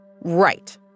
Right